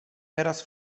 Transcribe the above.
teraz